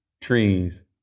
trees